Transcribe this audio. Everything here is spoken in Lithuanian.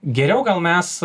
geriau gal mes